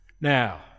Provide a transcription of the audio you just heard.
Now